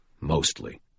Mostly